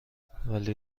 ولی